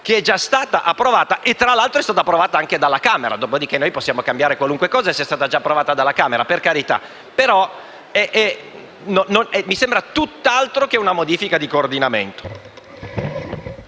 che è già stata approvata e tra l'altro è stata approvata anche dalla Camera. È vero, per carità, che possiamo cambiare qualunque norma sia stata già approvata dalla Camera, ma questa mi sembra tutt'altro che una modifica di coordinamento.